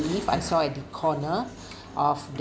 leave I saw at the corner of the